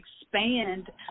expand